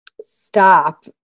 stop